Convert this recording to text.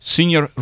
Senior